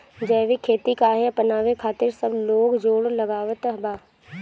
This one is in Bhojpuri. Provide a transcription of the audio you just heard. जैविक खेती काहे अपनावे खातिर सब लोग जोड़ लगावत बा?